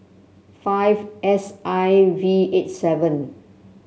five S I V eight seven